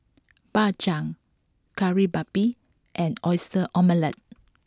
Bak Chang Kari Babi and Oyster Omelette